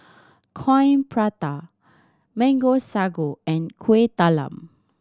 Coin Prata Mango Sago and Kueh Talam